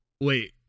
Wait